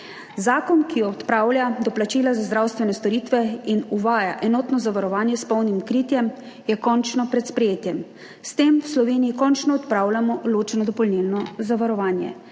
Zakon, ki odpravlja doplačila za zdravstvene storitve in uvaja enotno zavarovanje s polnim kritjem je končno pred sprejetjem. S tem v Sloveniji končno odpravljamo ločeno dopolnilno zavarovanje.